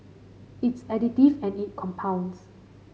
it's additive and it compounds